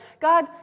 God